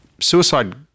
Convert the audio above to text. suicide